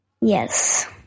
Yes